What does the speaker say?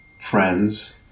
friends